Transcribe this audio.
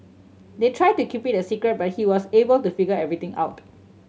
they tried to keep it a secret but he was able to figure everything out